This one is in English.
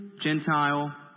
Gentile